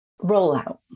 rollout